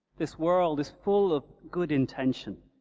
this world is full of good intention,